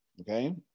okay